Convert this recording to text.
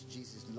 Jesus